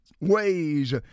ways